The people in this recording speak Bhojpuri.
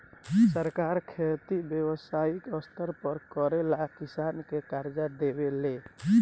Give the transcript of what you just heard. सरकार खेती के व्यवसायिक स्तर पर करेला किसान के कर्जा देवे ले